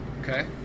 Okay